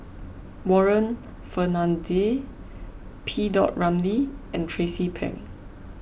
Warren Fernandez P Dot Ramlee and Tracie Pang